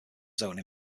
zone